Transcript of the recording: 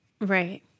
Right